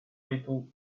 little